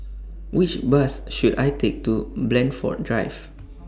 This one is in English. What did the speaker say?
Which Bus should I Take to Blandford Drive